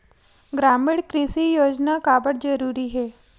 ग्रामीण कृषि योजना काबर जरूरी हे?